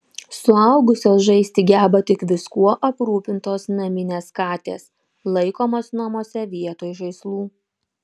suaugusios žaisti geba tik viskuo aprūpintos naminės katės laikomos namuose vietoj žaislų